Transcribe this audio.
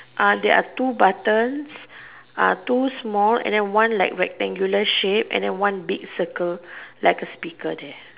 there're two button two small and then one like rectangular shape and then one big circle like a speaker there